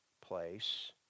place